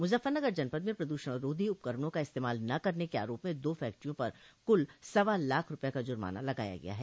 मुजफ्फरनगर जनपद में प्रद्षण रोधी उपकरणों का इस्तेमाल न करने के आरोप में दो फैक्ट्रियों पर कुल सवा लाख रूपये का जुर्माना लगाया गया है